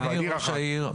אדוני ראש העיר,